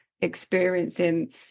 experiencing